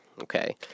okay